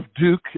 Duke